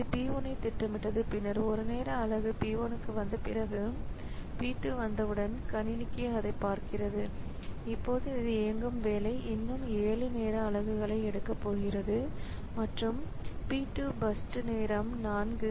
இதுP 1 ஐத் திட்டமிட்டது பின்னர் 1 நேர அலகு P 2 வந்த பிறகு P2 வந்தவுடன் கணினிக்கு அதைப் பார்க்கிறது இப்போது இயங்கும் வேலை இன்னும் 7 நேர அலகுகளை எடுக்கப் போகிறது மற்றும் P 2 பர்ஸ்ட் நேரம் 4